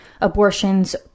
abortions